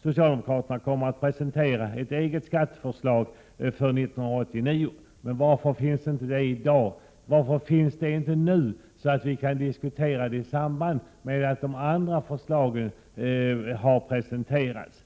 socialdemokraterna kommer att presentera ett eget skatteförslag för 1989. Men varför finns inte det förslaget i dag och nu, så att vi kan diskutera det i samband med att de andra förslagen har presenterats?